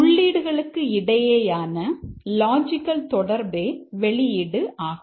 உள்ளீடுகளுக்கு இடையேயான லாஜிக்கல் தொடர்பே வெளியீடு ஆகும்